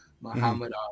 muhammad